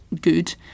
good